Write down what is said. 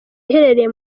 iherereye